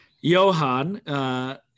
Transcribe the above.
Johan